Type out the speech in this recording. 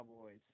Cowboys